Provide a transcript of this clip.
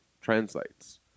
translates